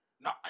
No